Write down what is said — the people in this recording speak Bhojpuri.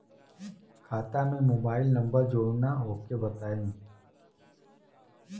खाता में मोबाइल नंबर जोड़ना ओके बताई?